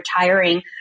retiring